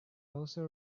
also